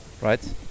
right